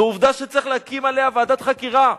זה עובדה שצריך להקים עליה ועדת חקירה,